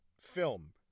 film